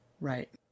Right